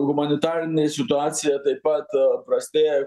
humanitarinė situacija taip pat prastėja